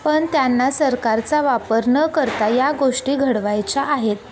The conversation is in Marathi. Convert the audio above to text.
पण त्यांना सरकारचा वापर न करता या गोष्टी घडवायच्या आहेत